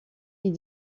est